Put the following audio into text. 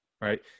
right